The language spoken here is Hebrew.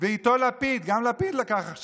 ואיתו לפיד, גם לפיד לקח לו